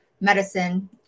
medicine